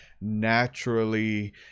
naturally